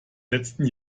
letzten